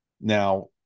Now